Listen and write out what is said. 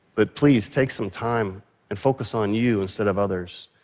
but please, take some time and focus on you instead of others,